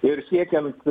ir siekiant